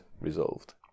resolved